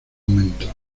momento